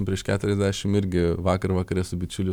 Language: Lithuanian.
prieš keturiasdešim irgi vakar vakare su bičiuliu